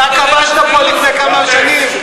אתה כבשת פה לפני כמה שנים.